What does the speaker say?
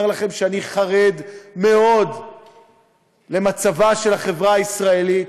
לכם שאני חרד מאוד למצבה של החברה הישראלית.